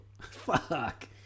Fuck